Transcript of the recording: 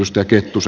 ostokehotus